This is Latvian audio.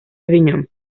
viņam